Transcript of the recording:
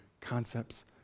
concepts